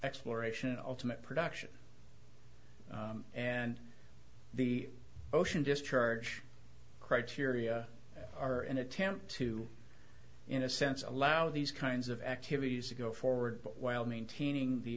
exploration ultimate production and the ocean discharge criteria are an attempt to in a sense allow these kinds of activities to go forward but while maintaining the